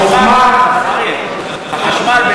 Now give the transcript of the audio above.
על חשמל,